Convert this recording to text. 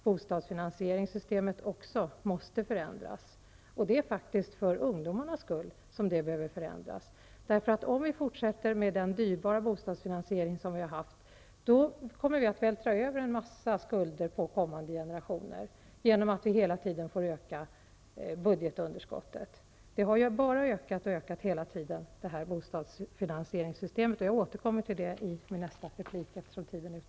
Bostadsfinansieringssystemet måste också förändras. Det är faktiskt för ungdomarnas skull som det behöver förändras. Om vi fortsätter med den dyrbara bostadsfinansiering som vi har haft, kommer vi att vältra över en mängd skulder på kommande generationer genom att vi hela tiden tvingas öka budgetunderskottet. Bostadsfinansieringssystemet har ju bara ökat och ökat hela tiden. Det är någonting som jag återkommer till i min nästa replik.